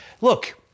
look